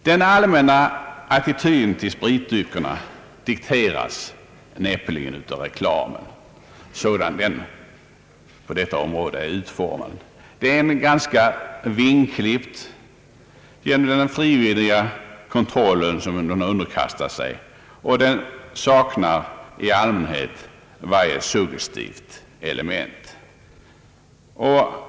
Den allmänna attityden till spritdryckerna dikteras näppeligen av reklamen sådan den på detta område är utformad. Den är ganska vingklippt genom den frivilliga kontroll som den underkastar sig, och den saknar i allmänhet varje suggestivt element.